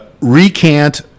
recant